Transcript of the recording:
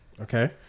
okay